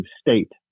state